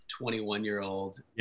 21-year-old